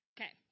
Okay